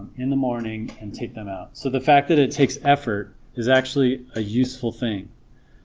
in the morning and take them out so the fact that it takes effort is actually a useful thing